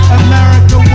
america